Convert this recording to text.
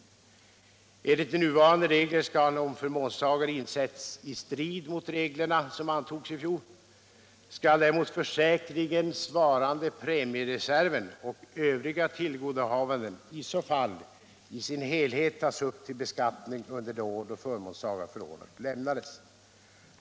Enligt nuvarande regler skall om förmånstagare insätts i strid mot de nya reglerna, som antogs i fjol, den mot försäkringen svarande premiereserven och övriga tillgodohavanden i så fall i sin helhet tas upp till beskattning under det år då förmånstagarförordnandet lämnades.